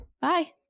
bye